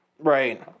Right